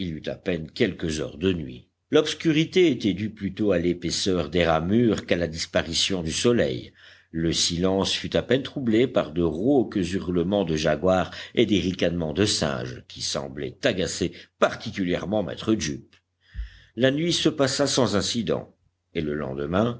à peine quelques heures de nuit l'obscurité était due plutôt à l'épaisseur des ramures qu'à la disparition du soleil le silence fut à peine troublé par de rauques hurlements de jaguars et des ricanements de singes qui semblaient agacer particulièrement maître jup la nuit se passa sans incident et le lendemain